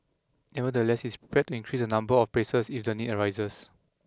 nevertheless is threaten increase the number of places if the need arises